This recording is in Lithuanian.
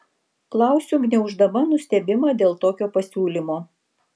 klausiu gniauždama nustebimą dėl tokio pasiūlymo